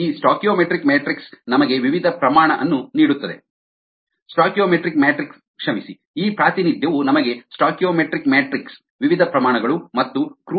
ಈ stoichiometric matrix ನಮಗೆ ವಿವಿಧ ಪ್ರಮಾಣ ಅನ್ನು ನೀಡುತ್ತದೆ ಸ್ಟಾಯ್ಕಿಯೋಮೆಟ್ರಿಕ್ ಮ್ಯಾಟ್ರಿಕ್ಸ್ ಕ್ಷಮಿಸಿ ಈ ಪ್ರಾತಿನಿಧ್ಯವು ನಮಗೆ ಸ್ಟಾಯ್ಕಿಯೋಮೆಟ್ರಿಕ್ ಮ್ಯಾಟ್ರಿಕ್ಸ್ ವಿವಿಧ ಪ್ರಮಾಣ ಗಳು ಮತ್ತು ಕ್ರೂಡೀಕೃತದ ಪ್ರಮಾಣ ಗಳನ್ನು ನೀಡುತ್ತದೆ